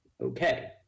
Okay